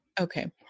Okay